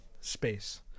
space